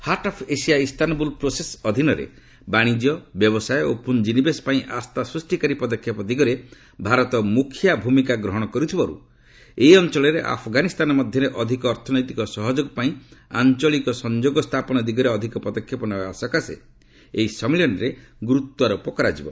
heart of Asia Istanbul process ଅଧୀନରେ ବାଣିଜ୍ୟ ବ୍ୟବସାୟ ଓ ପୁଞ୍ଜିନିବେଶ ପାଇଁ ଆସ୍ଥା ସୃଷ୍ଟିକାରୀ ପଦକ୍ଷେପ ଦିଗରେ ଭାରତ ମୁଖିଆ ଭୂମିକା ଗ୍ରହଣ କରୁଥିବାରୁ ଏହି ଅଞ୍ଚଳ ଆଫ୍ଗାନିସ୍ତାନ ମଧ୍ୟରେ ଅଧିକ ଅର୍ଥନୈତିକ ସହଯୋଗ ପାଇଁ ଆଞ୍ଚଳିକ ସଂଯୋଗ ସ୍ଥାପନ ଦିଗରେ ଅଧିକ ପଦକ୍ଷେପ ନେବା ସକାଶେ ଏହି ସମ୍ମିଳନୀରେ ଗୁରୁତ୍ୱାରୋପ କରାଯିବ